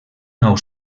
nou